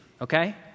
Okay